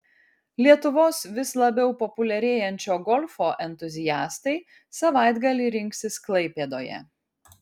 lietuvos vis labiau populiarėjančio golfo entuziastai savaitgalį rinksis klaipėdoje